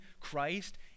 Christ